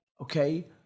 okay